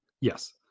Yes